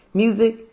music